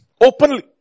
Openly